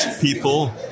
people